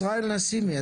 ישראל נסימי,